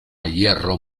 hierro